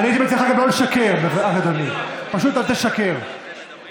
אני מציע לך גם לא לשקר, אדוני.